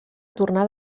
tornar